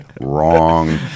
wrong